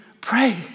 pray